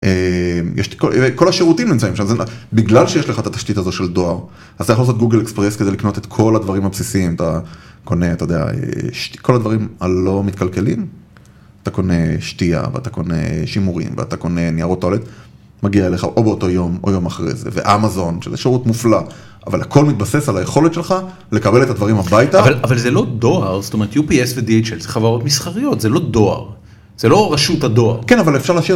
כל השירותים נמצאים שם, בגלל שיש לך את התשתית הזו של דואר, אז אתה יכול לעשות גוגל אקספרס כדי לקנות את כל הדברים הבסיסיים, אתה קונה את כל הדברים הלא מתקלקלים, אתה קונה שתייה, ואתה קונה שימורים, ואתה קונה ניירות טואלט, מגיע אליך או באותו יום או יום אחרי זה, ואמזון שזה שירות מופלא, אבל הכל מתבסס על היכולת שלך לקבל את הדברים הביתה. אבל זה לא דואר, זאת אומרת UPS וDHL, חברות מסחריות, זה לא דואר, זה לא רשות הדואר. כן אבל אפשר להשאיר.